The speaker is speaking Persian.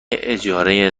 اجاره